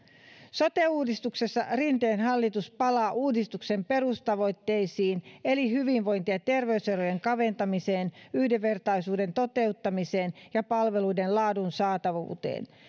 sote uudistuksessa rinteen hallitus palaa uudistuksen perustavoitteisiin eli hyvinvointi ja terveyserojen kaventamiseen yhdenvertaisuuden toteuttamiseen ja palveluiden laadun saatavuuteen